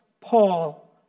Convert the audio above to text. Paul